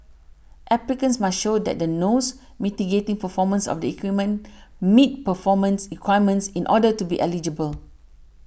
applicants must show that the nose mitigating performance of the equipment meets performance requirements in order to be eligible